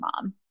mom